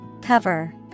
Cover